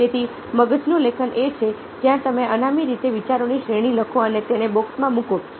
તેથી મગજનું લેખન એ છે જ્યાં તમે અનામી રીતે વિચારોની શ્રેણી લખો અને તેને બોક્સમાં મૂકો